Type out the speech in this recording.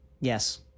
Yes